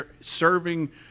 serving